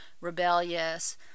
rebellious